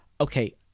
Okay